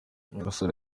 gasore